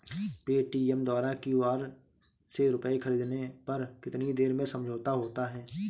Paytm द्वारा QR से रूपए ख़रीदने पर कितनी देर में समझौता होता है?